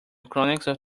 chronicles